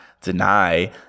deny